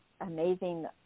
amazing